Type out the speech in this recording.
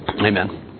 Amen